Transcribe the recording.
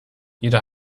jeder